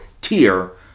tier